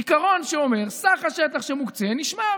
עיקרון שאומר: סך השטח שמוקצה נשמר.